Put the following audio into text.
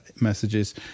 messages